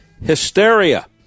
hysteria